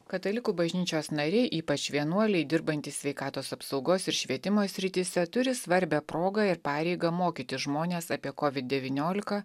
katalikų bažnyčios nariai ypač vienuoliai dirbantys sveikatos apsaugos ir švietimo srityse turi svarbią progą ir pareigą mokyti žmones apie kovid devyniolika